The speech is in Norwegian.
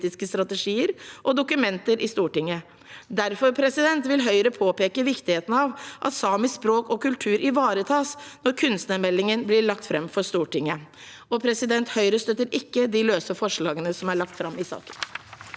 kulturpolitiske strategier og dokumenter i Stortinget. Derfor vil Høyre påpeke viktigheten av at samisk språk og kultur ivaretas når kunstnermeldingen blir lagt fram for Stortinget. Høyre støtter ikke de løse forslagene som er lagt fram i saken.